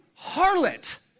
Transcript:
harlot